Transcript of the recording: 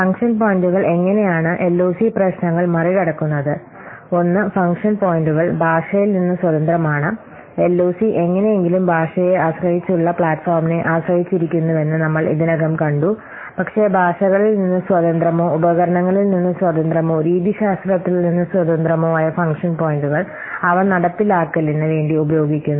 function പോയിന്റുകൾ എങ്ങനെയാണ് LOC പ്രശ്നങ്ങൾ മറികടക്കുന്നത് ഒന്ന് ഫംഗ്ഷൻ പോയിന്റുകൾ ഭാഷയിൽ നിന്ന് സ്വതന്ത്രമാണ് എൽഒസി എങ്ങനെയെങ്കിലും ഭാഷയെ ആശ്രയിച്ചുള്ള പ്ലാറ്റ്ഫോമിനെ ആശ്രയിച്ചിരിക്കുന്നുവെന്ന്നമ്മൾ ഇതിനകം കണ്ടു പക്ഷേ ഭാഷകളിൽ നിന്ന് സ്വതന്ത്രമോ ഉപകരണങ്ങളിൽ നിന്ന് സ്വതന്ത്രമോ രീതിശാസ്ത്രത്തിൽ നിന്ന് സ്വതന്ത്രമോ ആയ ഫംഗ്ഷൻ പോയിന്റുകൾ അവ നടപ്പിലാക്കലിന് വേണ്ടി ഉപയോഗിക്കുന്നു